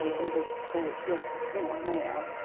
and they would say, yes you know ma'am.